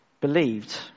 believed